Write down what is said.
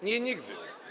Nie, nigdy.